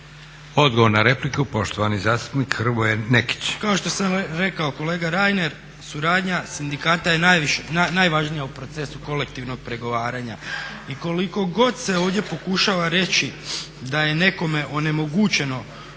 Odgovor na repliku poštovani zastupnik Goran Marić.